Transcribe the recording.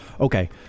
Okay